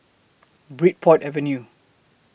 Bridport Avenue